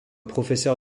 professeur